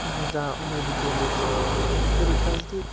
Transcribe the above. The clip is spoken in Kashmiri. اَہن حظ آ یِمٕے ڈِٹیلٕز چھِ تُہۍ کٔرِو تصدیٖق تہٕ